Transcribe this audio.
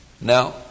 Now